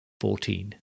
fourteen